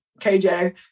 KJ